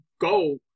go